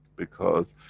because,